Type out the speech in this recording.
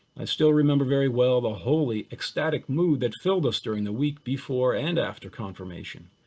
i still remember very well the wholly ecstatic mood that filled us during the week before and after confirmation.